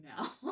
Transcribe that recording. now